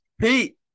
Pete